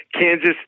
Kansas